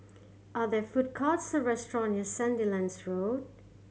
are there food courts or restaurant near Sandilands Road